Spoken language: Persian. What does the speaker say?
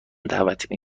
دعوت